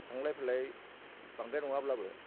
थांलाय फैलाय बांद्राय नङाब्लाबो